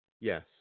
Yes